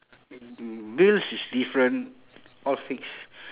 bills is different all fixed